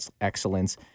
Excellence